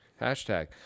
Hashtag